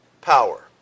power